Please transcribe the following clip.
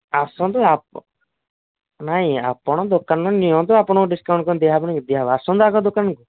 ଆସନ୍ତୁ ଆପଣ ନାହିଁ ଆପଣ ଦୋକାନରୁ ନିଅନ୍ତୁ ଆପଣଙ୍କୁ ଡିସ୍କାଉଣ୍ଟ କ'ଣ ଦିଆହେବନାହିଁ ଆସନ୍ତୁ ଆଗ ଦୋକାନକୁ